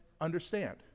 understand